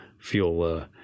feel